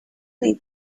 need